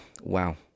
wow